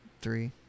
three